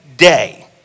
day